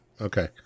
Okay